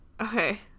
Okay